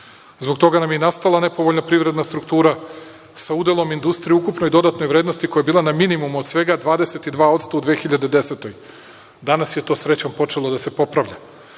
Zbog toga nam je i nastala nepovoljna privredna struktura, sa udelom industrije ukupnoj dodatnoj vrednosti koja je bila na minimumu od svega 22% u 2010. godini. Danas je to, srećom, počelo da se popravlja. Započet